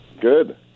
Good